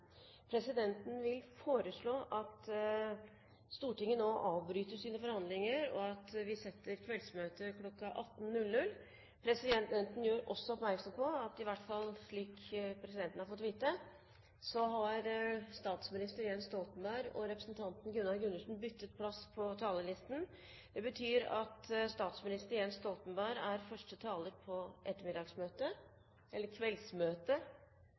nå avbryter sine forhandlinger, og at vi setter kveldsmøtet kl. 18.00. – Det anses vedtatt. Presidenten gjør oppmerksom på – i hvert fall slik presidenten har fått vite – at statsminister Jens Stoltenberg og representanten Gunnar Gundersen har byttet plass på talerlisten. Det betyr at statsminister Jens Stoltenberg er første taler på